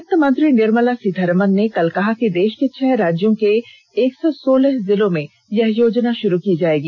वित्त मंत्री निर्मला सीतारमन ने कल कहा कि देष के छह राज्यों के एक र्सा सोलह जिलों में यह योजना शुरू की जाएगी